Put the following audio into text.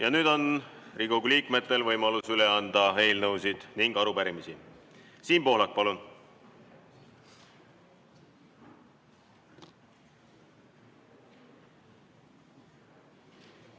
nüüd on Riigikogu liikmetel võimalus üle anda eelnõusid ja arupärimisi. Siim Pohlak, palun!